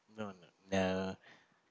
no no the